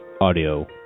audio